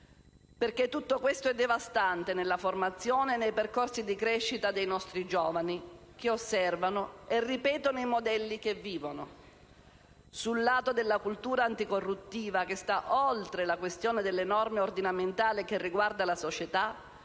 così. Tutto questo è devastante nella formazione e nei percorsi di crescita dei nostri giovani, che osservano e ripetono i modelli che vivono. Sul lato della cultura anticorruttiva, che sta oltre la questione delle norme ordinamentali e che riguarda la società,